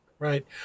Right